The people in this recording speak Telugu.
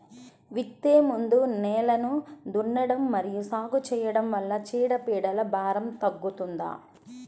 విత్తే ముందు నేలను దున్నడం మరియు సాగు చేయడం వల్ల చీడపీడల భారం తగ్గుతుందా?